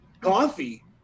Coffee